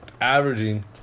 Averaging